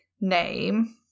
name